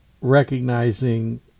recognizing